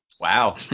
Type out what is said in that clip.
Wow